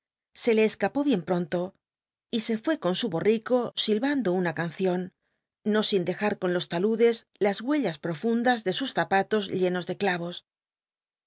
se le escapó bien nonl o y se fué con su borrico silbando una cancion no sin de jm en los tal udes las huellas profundas de us zapa tos llenos de claros